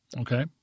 Okay